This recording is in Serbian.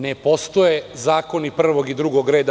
Ne postoje zakoni prvog i drugog reda.